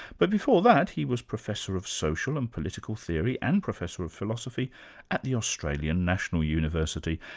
but before that, he was professor of social and political theory and professor of philosophy at the australian national university,